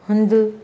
हंधु